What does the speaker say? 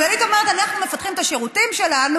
כללית אומרת: אנחנו מפתחים את השירותים שלנו,